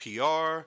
PR